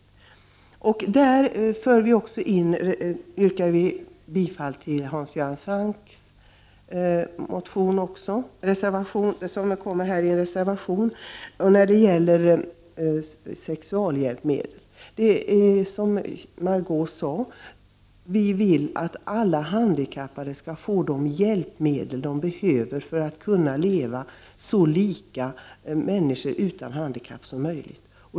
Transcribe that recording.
I det sammanhanget vill vi också yrka bifall till Hans Görans Francks motion om sexualhjälpmedel, som tas upp i en annan reservation. Som Margö Ingvardsson sade vill vi ju att alla handikappade skall få de hjälpmedel de behöver för att kunna leva så lika människor utan handikapp som möjligt.